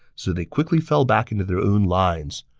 so they quickly fell back into their own lines.